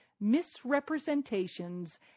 misrepresentations